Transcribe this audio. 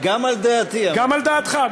גם על דעתי, גם על דעתך.